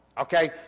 okay